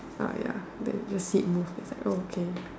uh ya then just see it move then like okay